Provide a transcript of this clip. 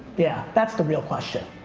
yeah, that's the real question,